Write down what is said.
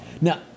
Now